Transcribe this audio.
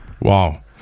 Wow